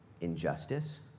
injustice